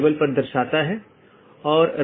इसलिए उनके बीच सही तालमेल होना चाहिए